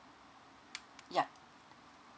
yup